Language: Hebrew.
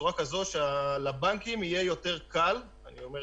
בצורה כזאת שלבנקים יהיה יותר קל לתת